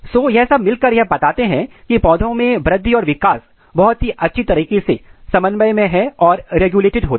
सो यह सब मिलकर यह बताते हैं कि पौधों में वृद्धि और विकास बहुत ही अच्छी तरीके से समन्वय में और रेगुलेटेड होता है